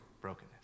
brokenness